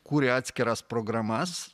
kūrė atskiras programas